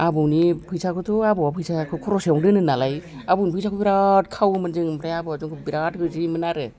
आबौनि फैसाबोथ' आबौआ फैसाखौ खर'सायावनो दोनोनालाय आबौनि फैसाखौ बिराद खावोमोन जोङो आमफ्राय आबौआ जोंखौ बिराद होसोयोमोन आरो